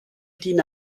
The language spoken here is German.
din